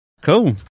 Cool